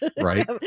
right